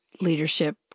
leadership